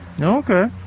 Okay